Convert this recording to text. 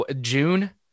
June